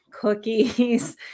cookies